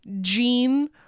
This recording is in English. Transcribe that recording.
Gene